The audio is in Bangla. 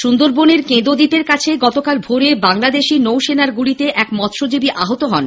সুন্দরবনের কেঁদো দ্বীপের কাছে গতকাল ভোরে বাংলাদেশী নৌসেনার গুলিতে এক মৎস্যজীবী আহত হন